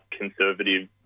conservative